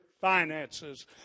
finances